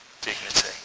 dignity